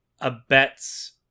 abets